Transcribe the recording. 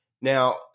Now